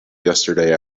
yesterday